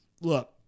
look